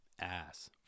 Ass